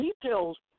Details